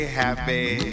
happy